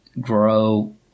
grow